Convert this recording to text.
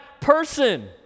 person